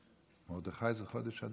מרדכי זה חודש אדר?